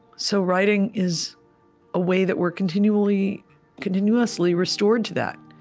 so writing is a way that we're continually continuously restored to that.